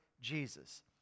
Jesus